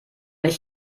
ich